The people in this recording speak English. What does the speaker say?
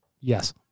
Yes